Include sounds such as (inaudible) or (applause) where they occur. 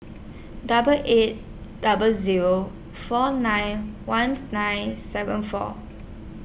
double eight double Zero four nine one (noise) nine seven four